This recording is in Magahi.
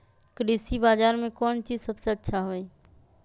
कृषि बजार में कौन चीज सबसे अच्छा होई?